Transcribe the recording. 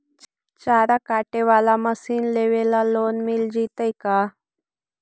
चारा काटे बाला मशीन लेबे ल लोन मिल जितै का?